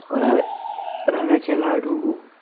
रावे रव्याचे लाडू